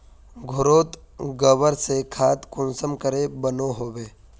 घोरोत गबर से खाद कुंसम के बनो होबे?